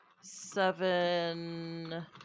seven